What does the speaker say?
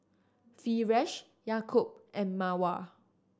Firash Yaakob and Mawar